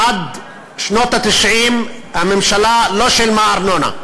עד שנות ה-90 הממשלה לא שילמה ארנונה.